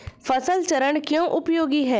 फसल चरण क्यों उपयोगी है?